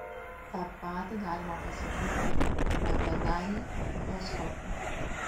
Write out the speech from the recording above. tą patį galima pasakyti apie dalį echoskopų